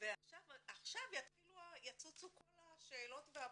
ועכשיו יצוצו כל השאלות והבעיות,